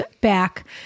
back